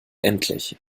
endlich